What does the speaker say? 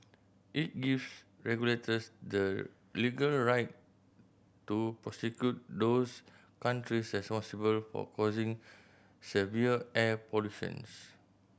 it gives regulators the legal right to prosecute those countries for causing severe air pollutions